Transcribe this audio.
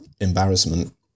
embarrassment